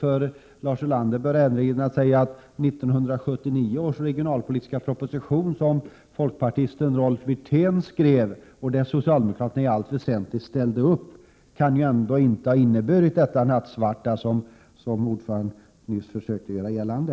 1979 års regionalpolitiska proposition, som folkpartisten Rolf Wirtén skrev och som socialdemokraterna i allt väsentligt ställde upp på, kan ju ändå inte ha inneburit något så nattsvart som ordföranden nyss försökte göra gällande.